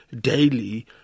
daily